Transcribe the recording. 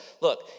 look